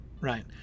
right